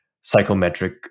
psychometric